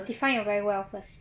defined a very well first